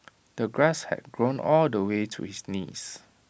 the grass had grown all the way to his knees